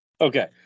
Okay